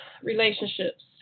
Relationships